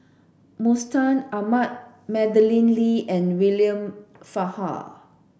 Mustaq Ahmad Madeleine Lee and William Farquhar